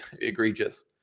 egregious